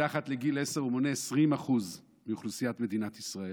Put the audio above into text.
מתחת לגיל עשר הוא מונה 20% מאוכלוסיית מדינת ישראל.